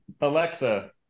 alexa